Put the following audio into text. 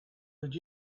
would